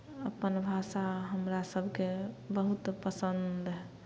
अपन भाषा हमरा सभके बहुत पसन्द हए